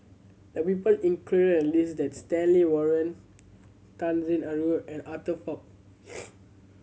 the people included the list that's Stanley Warren Tan Sin Aun and Arthur Fong